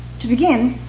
to begin,